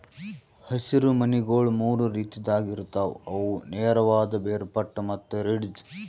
ಹಸಿರು ಮನಿಗೊಳ್ ಮೂರು ರೀತಿದಾಗ್ ಇರ್ತಾವ್ ಅವು ನೇರವಾದ, ಬೇರ್ಪಟ್ಟ ಮತ್ತ ರಿಡ್ಜ್